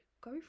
go